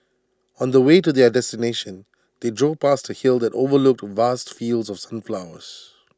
on the way to their destination they drove past A hill that overlooked vast fields of sunflowers